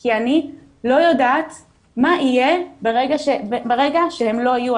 כי אני לא יודעת מה יהיה ברגע שהם לא יהיו.